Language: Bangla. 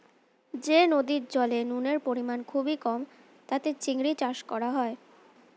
যে নদীর জলে নুনের পরিমাণ খুবই কম তাতে চিংড়ির চাষ করা হয়